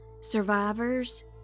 survivors